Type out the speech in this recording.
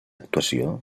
actuació